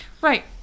right